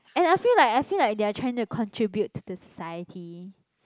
and I feel like I feel like they're trying to contribute to the society